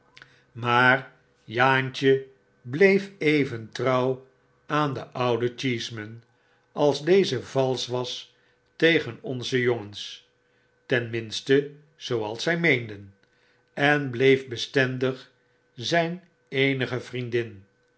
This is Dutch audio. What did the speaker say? maar jaantje bleef even trouw aan den ouden cheeseman als deze valsch was tegen onze jongens ten minste zooals zy meenden en bleef bestendig zyn eenige vriendin